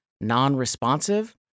non-responsive